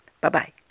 Bye-bye